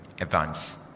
advance